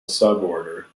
suborder